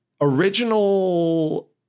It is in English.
original